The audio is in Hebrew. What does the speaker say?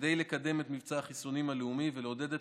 כדי לקדם את מבצע החיסונים הלאומי ולעודד את